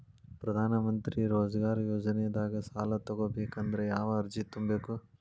ಪ್ರಧಾನಮಂತ್ರಿ ರೋಜಗಾರ್ ಯೋಜನೆದಾಗ ಸಾಲ ತೊಗೋಬೇಕಂದ್ರ ಯಾವ ಅರ್ಜಿ ತುಂಬೇಕು?